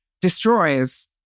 destroys